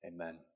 Amen